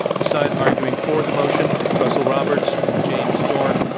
the side arguing for the motion, russell roberts and james dorn,